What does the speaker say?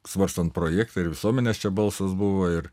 svarstant projektą ir visuomenės čia balsas buvo ir